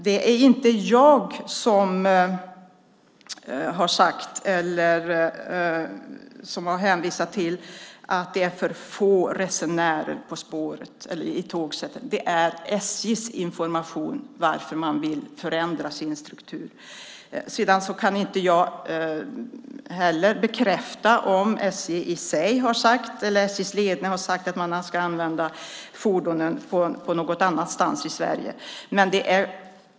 Det är inte jag som har hänvisat till att det är för få resenärer i tågsättet. Det är SJ:s information om varför man vill förändra sin struktur. Dessutom kan jag inte bekräfta om SJ:s ledning har sagt att man ska använda fordonen någon annanstans i Sverige.